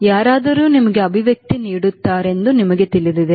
ಯಾರಾದರೂ ನಿಮಗೆ ಅಭಿವ್ಯಕ್ತಿ ನೀಡುತ್ತಾರೆಂದು ನಿಮಗೆ ತಿಳಿದಿದೆ